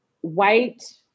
white